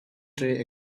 tray